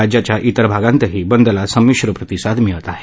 राज्याच्या विर भागातही बंदला संमिश्र प्रतिसाद मिळत आहे